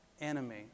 enemy